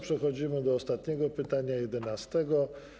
Przechodzimy do ostatniego pytania, jedenastego.